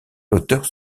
l’auteur